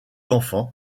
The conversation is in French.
enfants